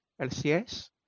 LCS